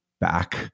back